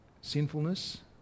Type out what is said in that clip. sinfulness